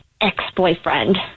ex-boyfriend